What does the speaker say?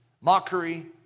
mockery